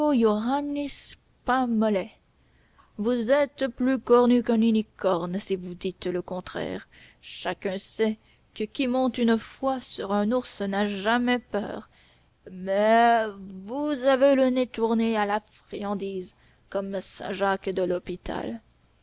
johannis pain mollet vous êtes plus cornu qu'un unicorne si vous dites le contraire chacun sait que qui monte une fois sur un ours n'a jamais peur mais vous avez le nez tourné à la friandise comme saint-jacques de l'hôpital